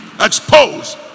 exposed